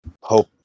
hope